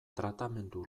tratamendu